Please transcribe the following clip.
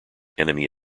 enemy